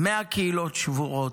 100 קהילות שבורות,